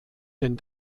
denn